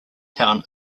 town